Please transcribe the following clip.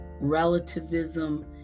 relativism